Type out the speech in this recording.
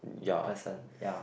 in person ya